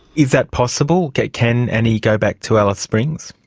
is that possible? can can annie go back to alice springs?